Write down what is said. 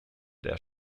der